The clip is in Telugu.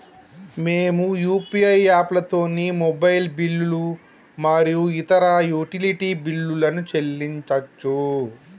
మేము యూ.పీ.ఐ యాప్లతోని మొబైల్ బిల్లులు మరియు ఇతర యుటిలిటీ బిల్లులను చెల్లించచ్చు